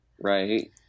Right